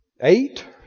Eight